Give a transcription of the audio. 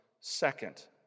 second